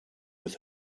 with